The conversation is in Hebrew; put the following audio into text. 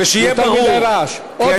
ושיהיה ברור, סדרנים, סדרנים, תעשו סדר בצד ההוא.